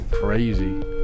Crazy